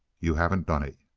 you haven't done it.